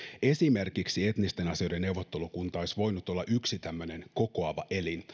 esimerkiksi etnisten asioiden neuvottelukunta olisi voinut olla yksi tämmöinen kokoava elin